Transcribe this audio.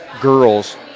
girls